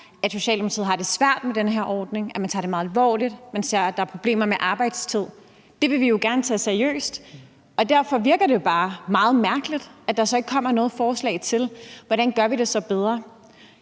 at Socialdemokratiet har det svært med den her ordning, at man tager det meget alvorligt, og at man ser, at der er problemer med arbejdstid. Det vil vi jo gerne tage seriøst. Derfor virker det bare meget mærkeligt, at der så ikke kommer noget forslag til, hvordan vi så gør det bedre.